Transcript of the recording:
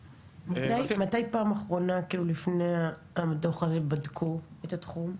מתי בפעם האחרונה, לפני הדוח הזה, בדקו את התחום?